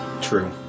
True